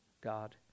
God